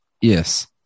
Yes